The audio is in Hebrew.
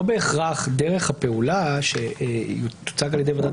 לא בהכרח דרך הפעולה שתוצג על ידי ועדת